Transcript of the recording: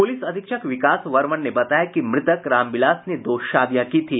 police अधीक्षक विकास वर्मन ने बताया कि मृतक रामविलास ने दो शादियां की थी